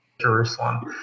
Jerusalem